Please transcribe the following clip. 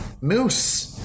Moose